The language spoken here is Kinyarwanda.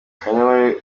kanyankore